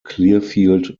clearfield